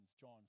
John